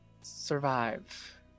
survive